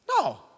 No